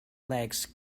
legs